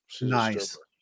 Nice